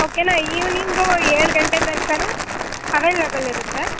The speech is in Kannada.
ಓಕೆನಾ ಈವ್ನಿಂಗು ಏಳು ಗಂಟೆ ತನ್ಕವೂ ಅವೈಲೆಬಲ್ ಇರುತ್ತೆ